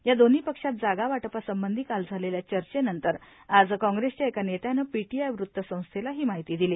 या दोन्ही पक्षांत जागवाटपासंबंधी काल झालेल्या चर्चेनंतर आज काँप्रेसव्या एका नेत्यानं पीटीआय वृत्तसंस्थेता ही माहिती दिली